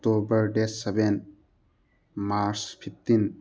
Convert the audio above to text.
October date seven March fifteen